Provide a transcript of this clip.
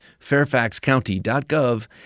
fairfaxcounty.gov